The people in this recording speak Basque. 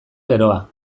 geroa